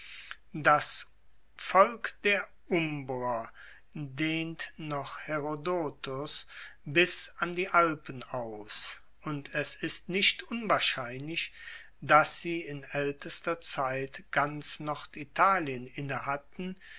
das volk der umbrer dehnt noch herodotos bis an die alpen aus und es ist nicht unwahrscheinlich dass sie in aeltester zeit ganz norditalien innehatten